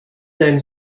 denn